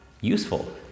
useful